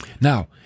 Now